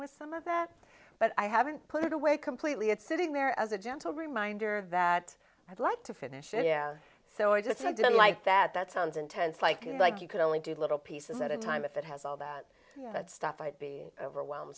with some of that but i haven't put it away completely it's sitting there as a gentle reminder that i'd like to finish it yeah so i just i didn't like that that sounds intense like like you could only do little pieces at a time if it has all that stuff i'd be overwhelmed